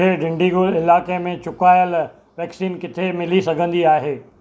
खे डिंडीगुल इलाइक़े में चुकायल वैक्सीन किथे मिली सघंदी आहे